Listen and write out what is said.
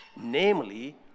namely